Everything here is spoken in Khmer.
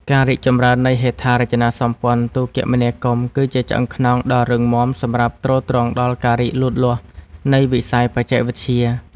ការរីកចម្រើននៃហេដ្ឋារចនាសម្ព័ន្ធទូរគមនាគមន៍គឺជាឆ្អឹងខ្នងដ៏រឹងមាំសម្រាប់ទ្រទ្រង់ដល់ការរីកលូតលាស់នៃវិស័យបច្ចេកវិទ្យា។